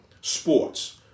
sports